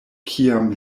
kiam